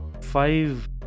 five